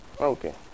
Okay